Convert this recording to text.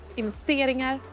investeringar